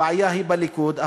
הבעיה היא בליכוד.